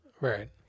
Right